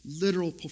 literal